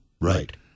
Right